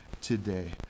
today